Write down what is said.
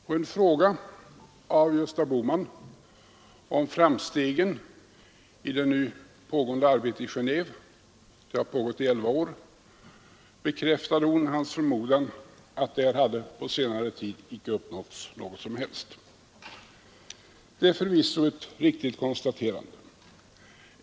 På en fråga av Gösta Bohman om framstegen i det nu pågående arbetet i Geneve — det har pågått i elva år — bekräftade hon hans förmodan att det på senare tid inte uppnåtts något som helst resultat. Det är förvisso ett riktigt konstaterande.